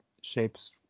shapes